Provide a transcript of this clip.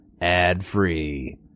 ad-free